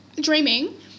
dreaming